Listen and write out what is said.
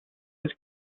his